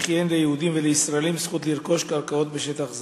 וכי אין ליהודים ולישראלים זכות לרכוש קרקעות בשטח זה.